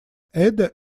ada